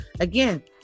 Again